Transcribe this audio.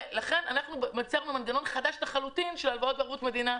לכן אנחנו יצרנו מנגנון חדש לחלוטין של הלוואות בערבות מדינה.